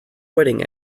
wedding